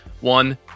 One